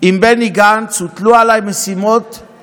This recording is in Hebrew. עם בני גנץ, הוטלו עליי משימות שנוגעות